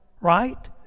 right